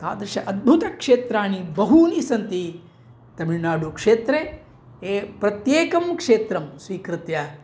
तादृश अद्भुतक्षेत्राणि बहूनि सन्ति तमिळ्नाडुक्षेत्रे ए प्रत्येकं क्षेत्रं स्वीकृत्य